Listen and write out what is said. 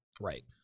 right